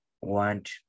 want